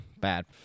bad